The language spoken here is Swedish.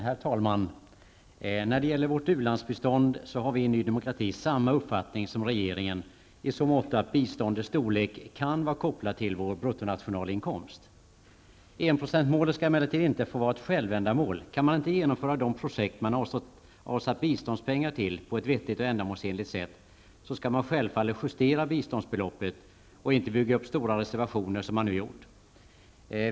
Herr talman! När det gäller vårt u-landsbistånd har vi i nydemokrati samma uppfattning som regeringen i så måtto att biståndets storlek kan vara kopplat till vår bruttonationalinkomst. Enprocentsmålet skall emellertid inte få vara ett självändamål -- om man inte kan genomföra de projekt man avsatt biståndspengar till på ett vettigt och ändamålsenligt sätt, skall man självfallet justera biståndsbeloppet och inte bygga upp stora reservationer som man nu har gjort.